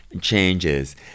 changes